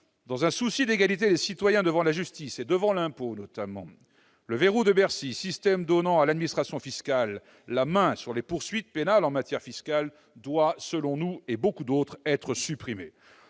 par souci d'égalité des citoyens devant la justice et devant l'impôt, le « verrou de Bercy », système donnant à l'administration fiscale la main sur les poursuites pénales en matière fiscale, doit, selon nous et beaucoup d'autres, être supprimé.